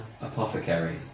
Apothecary